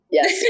Yes